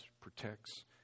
protects